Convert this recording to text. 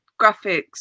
graphics